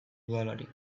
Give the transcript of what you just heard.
udalari